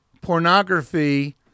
pornography